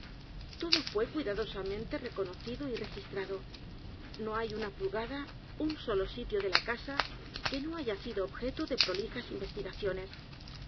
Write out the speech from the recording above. todo fué cuidadosamente reconocido y registrado no hay una pulgada un solo sitio de la casa que no haya sido objeto de prolijas investigaciones